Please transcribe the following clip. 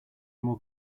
more